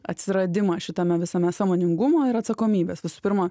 atsiradimą šitame visame sąmoningumo ir atsakomybės visų pirma